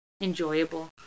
enjoyable